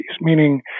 meaning